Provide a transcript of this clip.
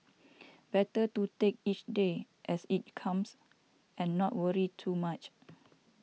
better to take each day as it comes and not worry too much